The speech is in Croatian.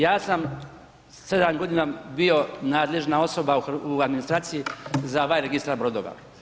Ja sam 7 godina bio nadležna osoba u administraciji za ovaj registar brodova.